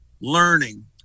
learning